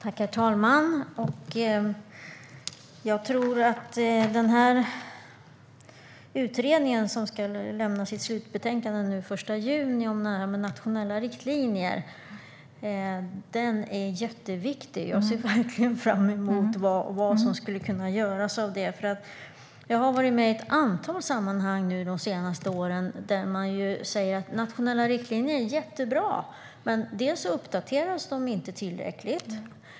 Herr talman! Den utredning som ska lämna sitt slutbetänkande om nationella riktlinjer den 1 juni är jätteviktig. Jag ser verkligen fram emot vad som skulle kunna göras med det. Jag har varit med i ett antal sammanhang de senaste åren där man säger att nationella riktlinjer är jättebra. Men de uppdateras inte tillräckligt.